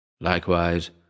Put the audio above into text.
Likewise